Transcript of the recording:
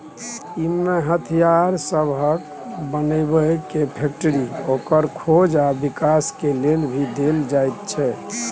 इमे हथियार सबहक बनेबे के फैक्टरी, ओकर खोज आ विकास के लेल भी देल जाइत छै